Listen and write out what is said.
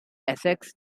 essex